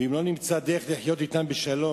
ואומר שאם לא נמצא דרך לחיות אתם בשלום,